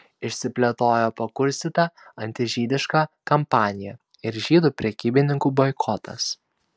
išsiplėtojo pakurstyta antižydiška kampanija ir žydų prekybininkų boikotas